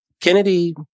Kennedy